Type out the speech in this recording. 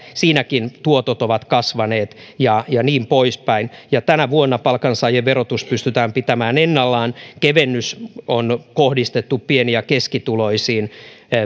siinäkin tuotot ovat kasvaneet ja ja niin pois päin tänä vuonna palkansaajien verotus pystytään pitämään ennallaan kevennys on kohdistettu pieni ja keskituloisiin